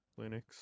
Linux